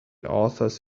authors